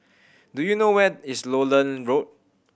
do you know where is Lowland Road